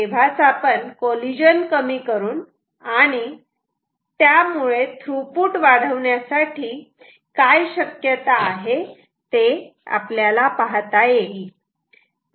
तेव्हाच कॉलिजन कमी करून आणि त्यामुळे थ्रुपुट वाढवण्यासाठी काय शक्यता आहे ते पाहता येईल